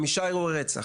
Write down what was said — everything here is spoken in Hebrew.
חמישה אירועי רצח,